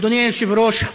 אדוני היושב-ראש,